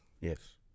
Yes